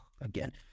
again